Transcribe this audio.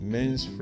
Men's